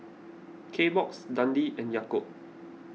Kbox Dundee and Yakult